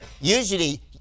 usually